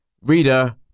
Reader